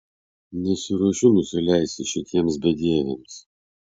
nesiruošiu nusileisti šitiems bedieviams